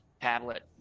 tablet